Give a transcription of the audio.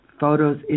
photos